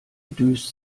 düst